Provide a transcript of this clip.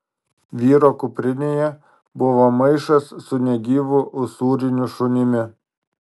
vyro kuprinėje buvo maišas su negyvu usūriniu šunimi